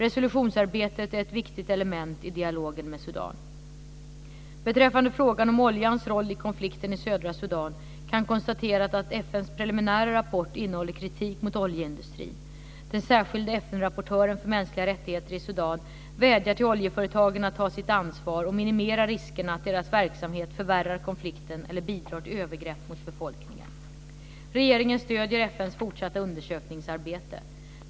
Resolutionsarbetet är ett viktigt element i dialogen med Sudan. Beträffande frågan om oljans roll i konflikten i södra Sudan kan konstateras att FN:s preliminära rapport innehåller kritik mot oljeindustrin. Den särskilde FN-rapportören för mänskliga rättigheter i Sudan vädjar till oljeföretagen att ta sitt ansvar och minimera riskerna att deras verksamhet förvärrar konflikten eller bidrar till övergrepp mot befolkningen. Regeringen stödjer FN:s fortsatta undersökningsarbete.